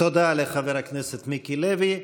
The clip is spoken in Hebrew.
תודה לחבר הכנסת מיקי לוי.